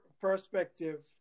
Perspective